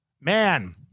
Man